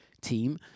team